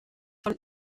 von